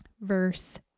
verse